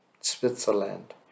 Switzerland